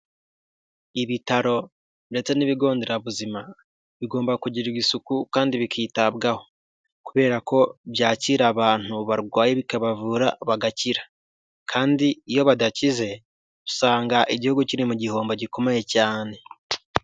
Ibitaro ndetse n'ibigonderabuzima, bigomba kugirirwa isuku kandi bikitabwaho kubera ko byakira abantu barwaye bikabavura bagakira. Kandi iyo badakize, usanga igihugu kiri mu gihombo gikomeye cyane.